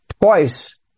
Twice